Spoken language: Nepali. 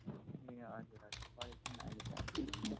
ए हजुर हजुर परेको छैन अहिले त आज